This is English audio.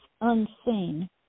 unseen